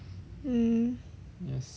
mm